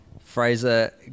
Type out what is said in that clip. Fraser